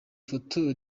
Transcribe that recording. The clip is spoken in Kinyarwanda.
foto